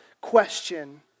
question